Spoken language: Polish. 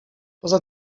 poza